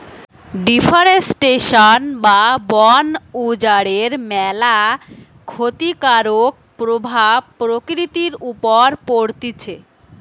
deforestation বা বন উজাড়ের ম্যালা ক্ষতিকারক প্রভাব প্রকৃতির উপর পড়তিছে